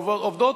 עובדות.